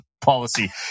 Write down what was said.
policy